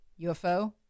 UFO